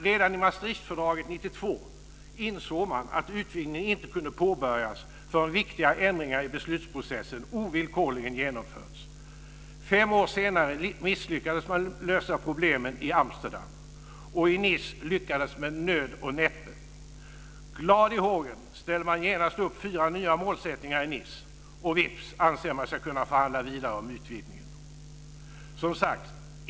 Redan i Maastrichtfördraget 1992 insåg man att utvidgningen inte kunde påbörjas förrän viktiga ändringar i bl.a. beslutsprocessen ovillkorligen genomförts. Fem år senare misslyckades man lösa problemen i Amsterdam, och i Nice lyckades man med nöd och näppe. Glad i hågen ställde man genast upp fyra nya mål i Nice - och vips anser man sig kunna förhandla vidare om utvidgningen.